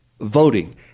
voting